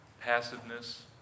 passiveness